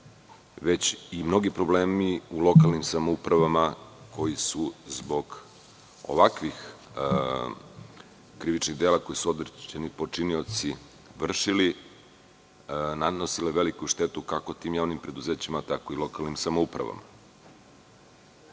već i mnogi problemi u lokalnim samoupravama, koji su zbog ovakvih krivičnih dela koje su određeni počinioci vršili nanosili veliku štetu kako tim javnim preduzećima, tako i lokalnim samoupravama. Ovo